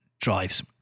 drives